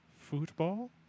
football